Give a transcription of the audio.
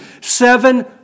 seven